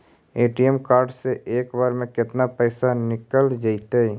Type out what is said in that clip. ATM card से एक बार में केतना पैसा निकल जइतै?